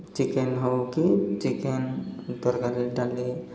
chicken ହେଉ କିି chicken ତରକାରୀ ଡାଲି